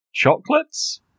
Chocolates